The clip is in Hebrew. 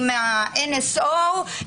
עם ה-NSO,